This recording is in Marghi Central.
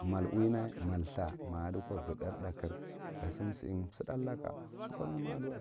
Mal uwina, mad thug ma adiko ga thar ta kir gusum sim suthanal laka,